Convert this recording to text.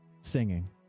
singing